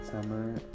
summer